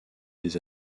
des